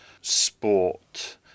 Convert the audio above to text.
sport